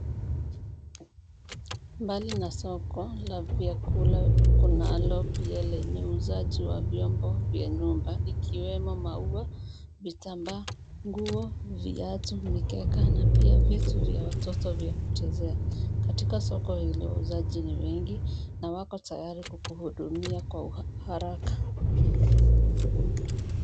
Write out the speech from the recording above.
Mbali na soko la vyakula kunalo pia lenye uuzaji wa vyombo vya nyumba vikiwemo maua, vitambaa, nguo, viatu, mikeka, na pia vitu vya watoto vya kuchezea. Katika soko hili wauzaji ni wengi na wako tayari kukuhudumia kwa haraka.